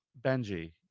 benji